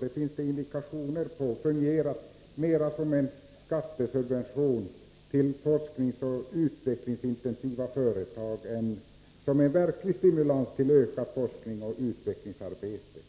Det finns indikationer på att detta avdrag har fungerat mera som en skattesubvention till forskningsoch utvecklingsintensiva företag än som en verklig stimulans till ökning av forskningsoch utvecklingsarbetet.